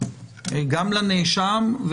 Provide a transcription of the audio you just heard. גם לנאשם,